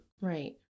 Right